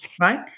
right